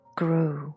grew